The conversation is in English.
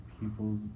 people's